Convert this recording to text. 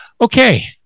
Okay